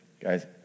guys